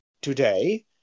today